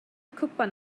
cwpan